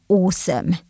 awesome